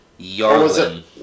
Yarlin